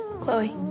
Chloe